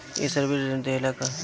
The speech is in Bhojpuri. ये सर्विस ऋण देला का?